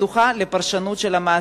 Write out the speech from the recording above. פתוחה לפרשנות של המעסיק.